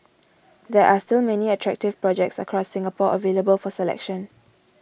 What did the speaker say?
there are still many attractive projects across Singapore available for selection